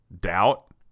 doubt